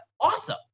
awesome